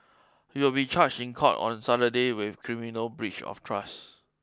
he will be charged in court on Saturday with criminal breach of trust